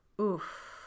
Oof